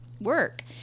work